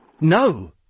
No